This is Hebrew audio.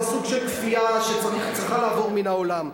זה סוג של כפייה שצריכה לעבור מן העולם.